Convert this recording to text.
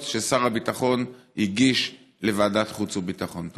ששר הביטחון הגיש לוועדת החוץ והביטחון.